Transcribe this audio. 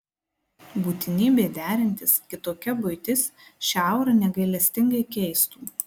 būtinybė derintis kitokia buitis šią aurą negailestingai keistų